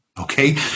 Okay